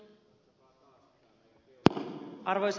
arvoisa puhemies